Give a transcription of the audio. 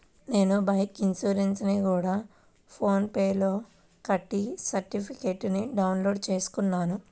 నేను బైకు ఇన్సురెన్సుని గూడా ఫోన్ పే లోనే కట్టి సర్టిఫికేట్టుని డౌన్ లోడు చేసుకున్నాను